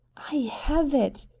i have it!